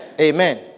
Amen